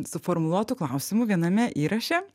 suformuluotų klausimų viename įraše